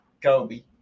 Kobe